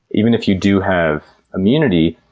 even if you do have immunity,